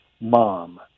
mom